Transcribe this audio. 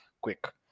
quick